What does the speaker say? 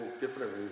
different